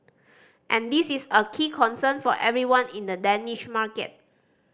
and this is a key concern for everyone in the Danish market